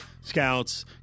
scouts